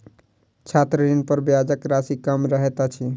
छात्र ऋणपर ब्याजक राशि कम रहैत अछि